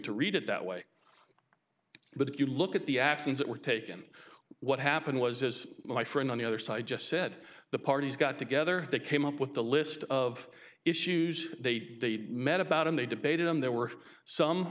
to read it that way but if you look at the actions that were taken what happened was as my friend on the other side just said the parties got together they came up with a list of issues they met about and they debated and there were some